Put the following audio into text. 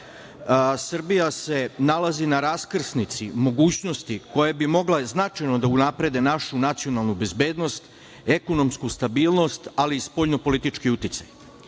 Srbija se nalazi na raskrsnici mogućnosti koje bi mogle značajno da unaprede našu nacionalnu bezbednost, ekonomsku stabilnost, ali i spoljno-politički